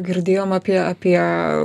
girdėjom apie apie